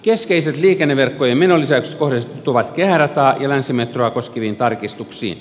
keskeiset liikenneverkkojen menolisäykset kohdentuvat kehärataa ja länsimetroa koskeviin tarkistuksiin